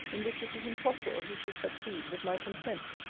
in which it is impossible he should succeed with my consent.